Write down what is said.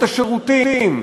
את השירותים,